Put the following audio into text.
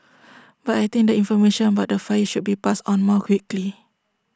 but I think the information about the fire should be passed on more quickly